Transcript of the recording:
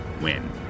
win